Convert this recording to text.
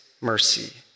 mercy